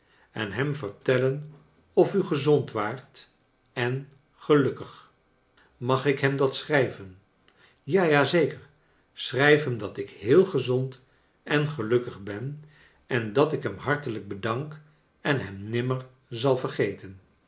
en hem vertellen of u gezond waart en gelukkig mag ik hem dat schrijven ja ja zeker schrijf hem dat ik heel gezond en gelukkig ben en dat ik hem hartelijk bedank en hem nimmer zal vergeten